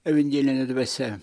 evangeline dvasia